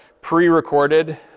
pre-recorded